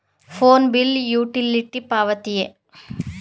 Phone bill utility ಪಾವತಿಯೇ?